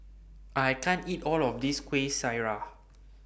I can't eat All of This Kuih Syara